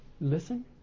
Listen